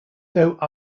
though